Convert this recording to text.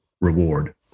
reward